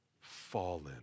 fallen